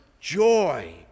Joy